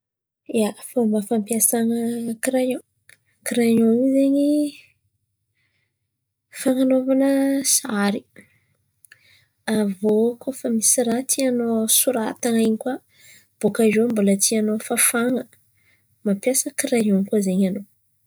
ia, fômba fampiasana kraiôn, kraiôn io zen̈y fan̈anaovana sary, avô kôa fa misy raha tian̈ao soratana in̈y kà bôkà eo mbola tian̈ao fafàna mampiasa kraiôn koa zen̈y anao.